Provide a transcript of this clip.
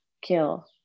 kill